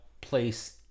place